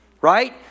Right